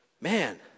man